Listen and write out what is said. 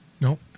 No